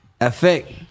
effect